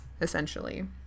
essentially